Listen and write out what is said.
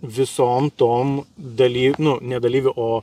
visom tom dalignu ne dalyvių o